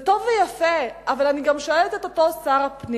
זה טוב ויפה, אבל אני גם שואלת את אותו שר פנים: